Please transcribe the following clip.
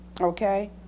okay